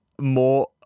More